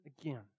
again